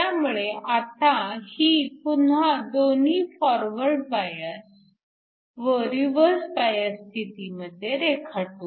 त्यामुळे आता ही पुन्हा दोन्ही फॉरवर्ड व रिवर्स बायस स्थितीमध्ये रेखाटू